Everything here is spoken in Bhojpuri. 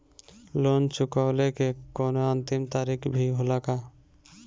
लोन चुकवले के कौनो अंतिम तारीख भी होला का?